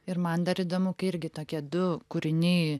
ir man dar įdomu kai irgi tokie du kūriniai